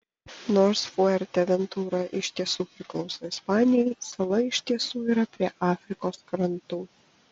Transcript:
nors fuerteventura iš tiesų priklauso ispanijai sala iš tiesų yra prie afrikos krantų